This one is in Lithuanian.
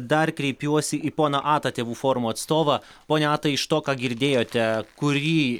dar kreipiuosi į poną atą tėvų forumo atstovą pone atai iš to ką girdėjote kurį